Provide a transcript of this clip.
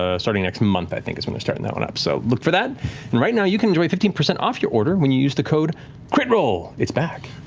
ah starting next month, i think is when they're starting that one up. so look for that, and right now you can enjoy fifteen percent off your order when you use the code critrole, it's back.